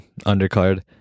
undercard